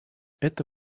это